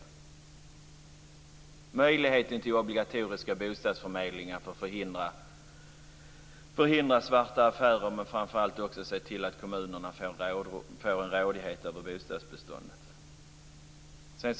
Det handlar också om möjligheten till obligatoriska bostadsförmedlingar för att förhindra svarta affärer och framför allt också för att se till att kommunerna får en rådighet över bostadsbeståndet.